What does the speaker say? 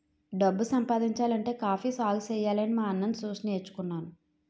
డబ్బు సంపాదించాలంటే కాఫీ సాగుసెయ్యాలని మా అన్నని సూసి నేర్చుకున్నాను